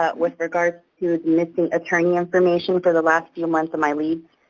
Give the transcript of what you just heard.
ah with regards to missing attorney information for the last few months of my leads.